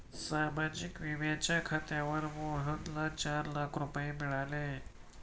सामाजिक विम्याच्या खात्यावर मोहनला चार लाख रुपये मिळाले